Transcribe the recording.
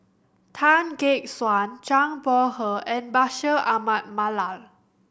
Tan Gek Suan Zhang Bohe and Bashir Ahmad Mallal